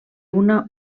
una